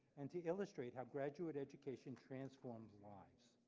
and to illustrate how graduate education transforms lives.